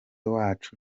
wacu